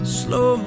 slow